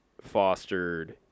fostered